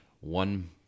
one